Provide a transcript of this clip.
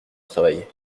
travailler